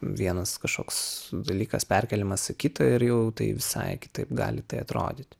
vienas kažkoks dalykas perkeliamas į kitą ir jau tai visai kitaip gali tai atrodyt